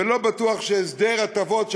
ולא בטוח שהסדר הטבות,